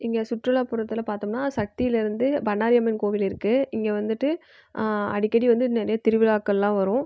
இங்கே சுற்றுலாப்புறத்தில் பார்த்தோம்னா சக்திலேருந்து பண்ணாரி அம்மன் கோவில் இருக்குது இங்கே வந்துட்டு அடிக்கடி வந்து நிறைய திருவிழாக்கள்லாம் வரும்